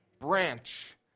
branch